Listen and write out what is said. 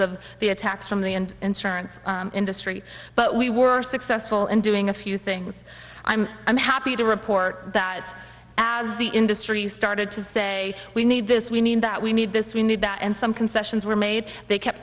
of the attacks from the and insurance industry but we were successful in doing a few things i'm i'm happy to report that as the industry started to say we need this we need that we need this we need that and some concessions were made they kept